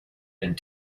and